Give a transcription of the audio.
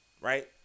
right